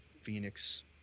Phoenix